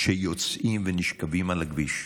שיוצאים ונשכבים על הכביש.